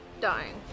Dying